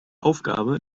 aufgabe